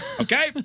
Okay